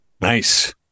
Nice